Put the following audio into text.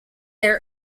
their